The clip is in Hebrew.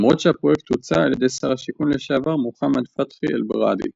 למרות שהפרויקט הוצע על ידי שר השיכון לשעבר מוחמד פתחי אל-בראדעי.